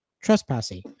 trespassing